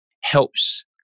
helps